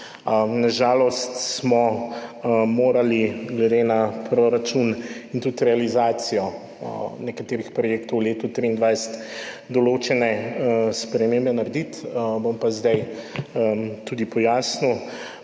Na žalost smo morali glede na proračun in tudi realizacijo nekaterih projektov v letu 2023 določene spremembe narediti, bom pa zdaj tudi pojasnil.